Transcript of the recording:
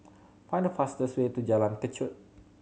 find the fastest way to Jalan Kechot